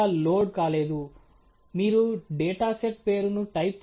కాబట్టి ప్రక్రియలోకి వెళ్లే ఇన్పుట్లు మరియు మోడల్లోకి వెళ్లే ఇన్పుట్లతో గందరగోళం చెందకండి